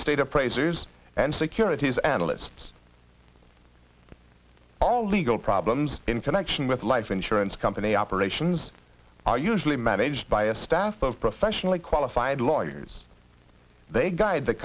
estate appraisers and securities analysts all legal problems in connection with life insurance company operations are usually managed by a staff of professionally qualified lawyers they gu